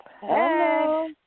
Hello